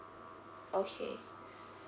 okay